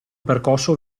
percosso